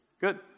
Good